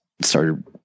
started